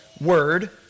word